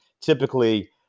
Typically